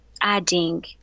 adding